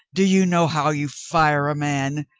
do you know how you fire a man?